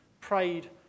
prayed